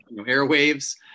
airwaves